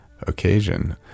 occasion